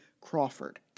Crawford